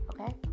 okay